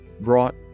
brought